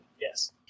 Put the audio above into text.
Yes